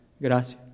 Gracias